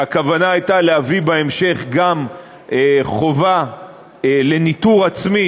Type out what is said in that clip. והכוונה הייתה להביא בהמשך גם חובה לניטור עצמי